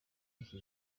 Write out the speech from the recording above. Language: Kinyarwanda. iki